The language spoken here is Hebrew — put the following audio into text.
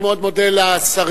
אני מאוד מודה לשרים,